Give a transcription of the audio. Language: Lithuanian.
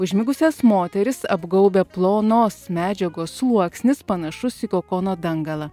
užmigusias moteris apgaubia plonos medžiagos sluoksnis panašus į kokono dangalą